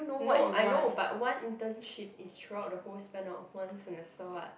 no I know but one internship is throughout the whole spent of one semester what